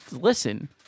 Listen